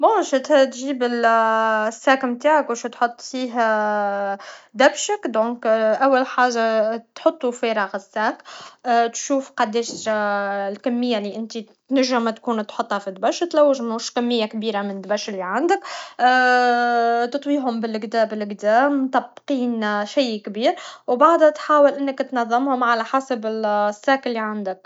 بون تجيب الساك نتاعك واش تحط فيه دبشك دونك اول حاجة تحطو فارغ الساك تشوف قداش الكمية لي انتي تنجم تكون تحطها فدبشتلوج موش كمية كبيرة من الدبش لي عندك تطويهم بالجدا بلجدا مطبقين شي كبير و بعدها تحاول انك تنظمهم على حسب الساك لي عندك